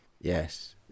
yes